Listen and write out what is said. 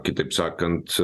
kitaip sakant